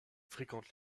fréquente